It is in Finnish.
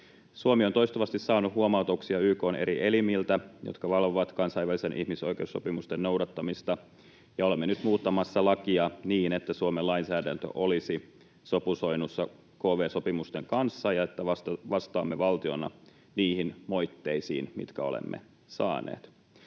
Suomi on toistuvasti saanut huomautuksia YK:n eri elimiltä, jotka valvovat kansainvälisten ihmisoikeussopimusten noudattamista, ja olemme nyt muuttamassa lakia niin, että Suomen lainsäädäntö olisi sopusoinnussa kv-sopimusten kanssa ja että vastaamme valtiona niihin moitteisiin, mitkä olemme saaneet.